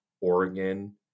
Oregon